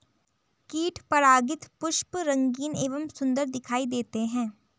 कीट परागित पुष्प रंगीन एवं सुन्दर दिखाई देते हैं